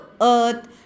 earth